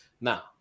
Now